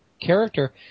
character